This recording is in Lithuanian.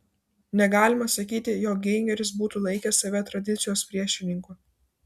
negalima sakyti jog geigeris būtų laikęs save tradicijos priešininku